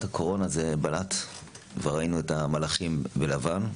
הקורונה זה בלט וראינו את המלאכים בלבן,